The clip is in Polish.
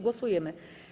Głosujemy.